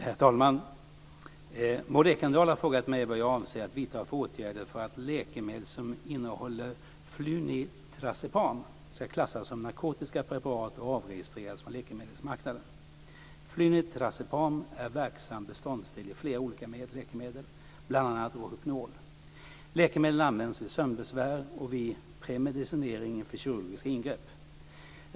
Herr talman! Maud Ekendahl har frågat mig vad jag avser att vidta för åtgärder för att läkemedel som innehåller flunitrazepam ska klassas som narkotiska preparat och avregistreras från läkemedelsmarknaden. Flunitrazepam är verksam beståndsdel i flera olika läkemedel, bl.a. Rohypnol. Läkemedlen används vid sömnbesvär och vid premedicinering inför kirurgiska ingrepp.